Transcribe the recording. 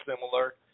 similar